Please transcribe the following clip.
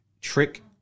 trick